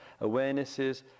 awarenesses